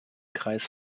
kreis